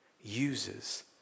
uses